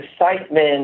excitement